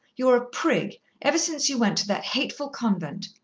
you're a prig, ever since you went to that hateful convent!